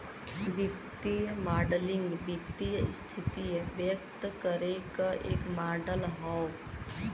वित्तीय मॉडलिंग वित्तीय स्थिति व्यक्त करे क एक मॉडल हौ